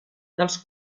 dels